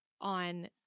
on